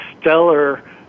stellar